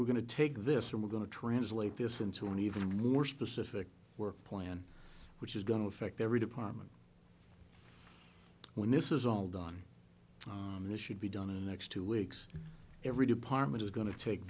we're going to take this and we're going to translate this into an even more specific work plan which is going to affect every department when this is all done this should be done and next two weeks every department is going to take